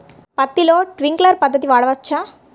పత్తిలో ట్వింక్లర్ పద్ధతి వాడవచ్చా?